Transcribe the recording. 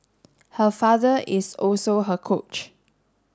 her father is also her coach